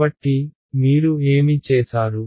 కాబట్టి మీరు ఏమి చేసారు